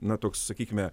na toks sakykime